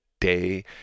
day